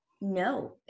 no